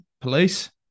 police